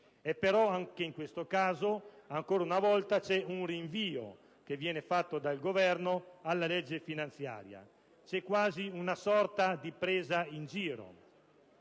Però, anche in questo caso, ancora una volta, c'è un rinvio che viene fatto dal Governo alla legge di stabilità. C'è quasi una sorta di presa in giro.